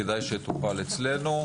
כדאי שיטופל אצלנו.